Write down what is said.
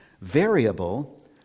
variable